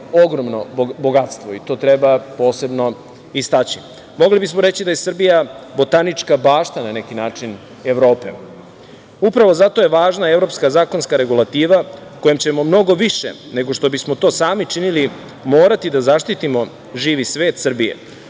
ogromno bogatstvo i to treba posebno istaći. Mogli bismo reći da je Srbija botanička bašta na neki način Evrope. Upravo zato je važna evropska zakonska regulativa kojom ćemo mnogo više nego što bismo to sami činili morati da zaštitimo živi svet Srbije.